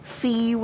see